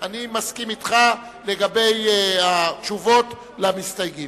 אני מסכים אתך לגבי התשובות למסתייגים.